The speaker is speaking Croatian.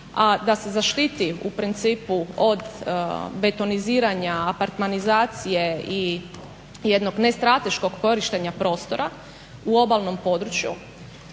a da se zaštiti u principu od betoniziranja, apartmanizacije i jednog nestrateškog korištenja prostora u obalnom području